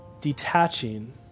Detaching